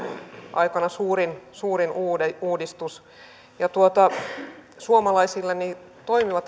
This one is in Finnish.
aikana suurin suurin uudistus suomalaisille toimiva